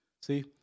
See